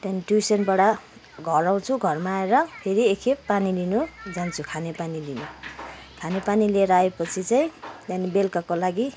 त्यहाँदेखि ट्युसनबाट घर आउँछु घरमा आएर फेरि एकखेप पानी लिनु जान्छु खाने पानी लिनु खाने पानी लिएर आएपछि चाहिँ त्यहाँदेखि बेलुकाको लागि